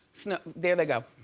there they go.